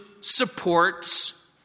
supports